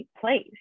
place